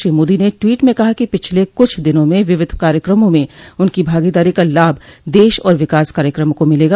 श्री मोदी ने ट्वीट में कहा कि पिछले कुछ दिनों में विविध कार्यक्रमों में उनकी भागीदारी का लाभ देश और विकास कार्यक्रमों को मिलेगा